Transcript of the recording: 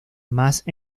más